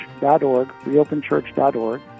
reopenchurch.org